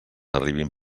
arribin